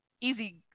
easy